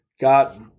got